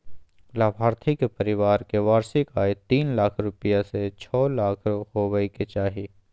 लाभार्थी के परिवार के वार्षिक आय तीन लाख रूपया से छो लाख होबय के चाही